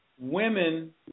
women